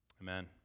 Amen